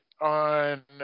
on